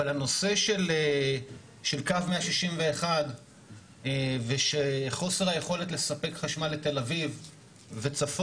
אבל הנושא של קו 161 וחוסר היכולת לספק חשמל לתל אביב וצפונה,